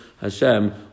Hashem